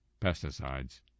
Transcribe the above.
pesticides